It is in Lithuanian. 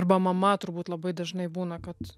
arba mama turbūt labai dažnai būna kad